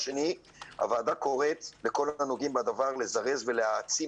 הוועדה קוראת לכל הנוגעים בדבר לזרז ולהעצים